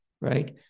right